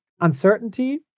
uncertainty